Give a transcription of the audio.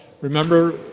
Remember